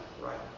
right